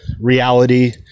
reality